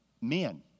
men